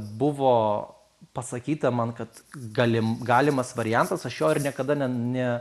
buvo pasakyta man kad galim galimas variantas aš jo ir niekada ne ne